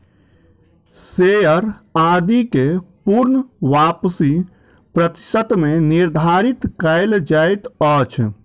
share आदि के पूर्ण वापसी प्रतिशत मे निर्धारित कयल जाइत अछि